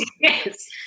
Yes